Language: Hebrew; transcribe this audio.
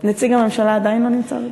נציג הממשלה עדיין לא נמצא?